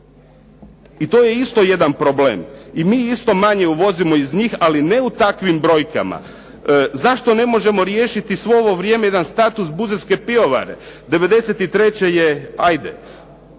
I to je isto jedan problem. I mi isto manje izvozimo od njih ali ne u takvim brojkama. Zašto ne možemo riješiti svo ovo vrijeme jedan status buzetske pivovare. 93. ajde